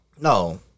No